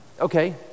okay